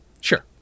Sure